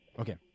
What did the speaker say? Okay